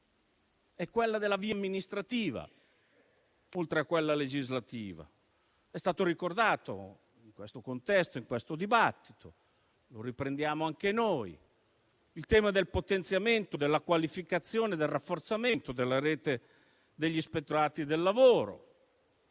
è quella della via amministrativa. È stato ricordato in questo contesto e in questo dibattito - e lo riprendiamo anche noi - il tema del potenziamento, della qualificazione e del rafforzamento della rete degli ispettorati del lavoro